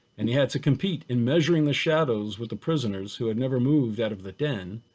and he had to compete in measuring the shadows with the prisoners who had never moved out of the den,